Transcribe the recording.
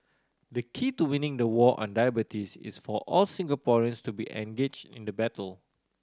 the key to winning the war on diabetes is for all Singaporeans to be engaged in the battle